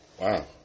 Wow